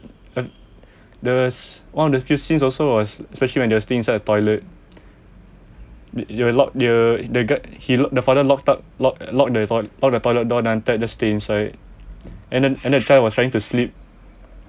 the~ there was one of the few scenes also was especially when they were staying inside the toilet the the gu~ he lock the father locked up lock lock the toilet lock the toilet door then after that just stay inside and then and then after that he was trying to sleep